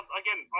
again